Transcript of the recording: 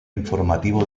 informativo